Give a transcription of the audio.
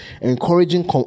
encouraging